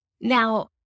Now